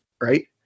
right